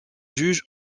juge